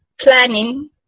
planning